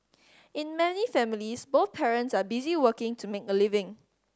in many families both parents are busy working to make a living